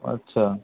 আচ্ছা